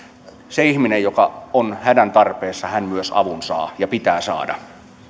se ihminen joka on hädässä myös avun saa ja hänen pitää saada